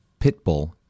Pitbull